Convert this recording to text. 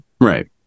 Right